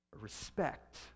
Respect